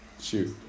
Shoot